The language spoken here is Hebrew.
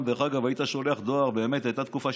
הייתה תקופה פעם,